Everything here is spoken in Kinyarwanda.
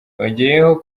yongeyeho